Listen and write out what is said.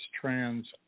trans